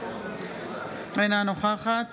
אינה נוכחת